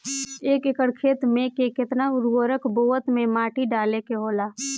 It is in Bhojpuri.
एक एकड़ खेत में के केतना उर्वरक बोअत के माटी डाले के होला?